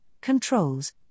controls